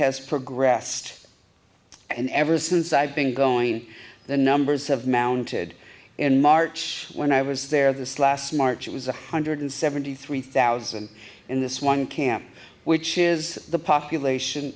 has progressed and ever since i've been going the numbers have mounted in march when i was there this last march it was a hundred seventy three thousand in this one camp which is the population